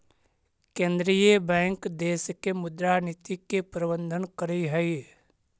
केंद्रीय बैंक देश के मुद्रा नीति के प्रबंधन करऽ हइ